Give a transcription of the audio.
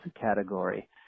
category